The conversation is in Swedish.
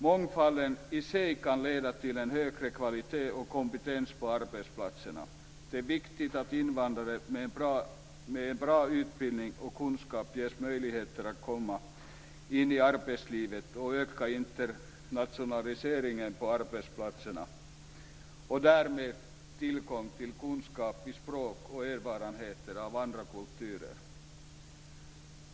Mångfalden i sig kan leda till en högre kvalitet och kompetens på arbetsplatserna. Det är viktigt att invandrare med en bra utbildning och kunskaper ges möjligheter att komma in i arbetslivet och öka internationaliseringen på arbetsplatserna. Därmed får man tillgång till kunskaper i språk och erfarenheter av andra kulturer.